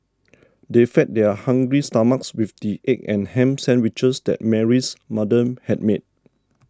they fed their hungry stomachs with the egg and ham sandwiches that Mary's mother had made